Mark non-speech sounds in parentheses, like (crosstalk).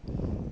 (breath)